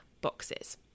boxes